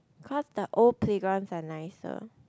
cause the old playgrounds are nicer